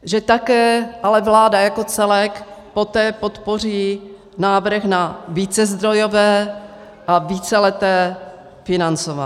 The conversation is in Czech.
Že také ale vláda jako celek poté podpoří návrh na vícezdrojové a víceleté financování.